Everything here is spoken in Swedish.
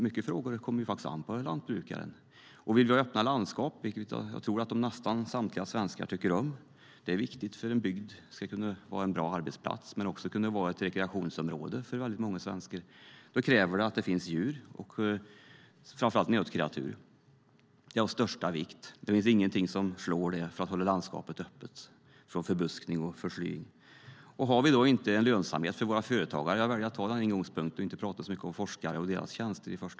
Vill vi ha öppna landskap, vilket jag tror att nästan samtliga svenskar vill - det är viktigt för att en bygd ska kunna vara en bra arbetsplats och också ett rekreationsområde för många - krävs det att det finns djur, framför allt nötkreatur. Det är av största vikt. Det finns inget som slår detta när det gäller att hålla landskapet öppet och hindra förbuskning och sly. Jag väljer att tala om detta i första hand och inte så mycket om forskare och deras tjänster.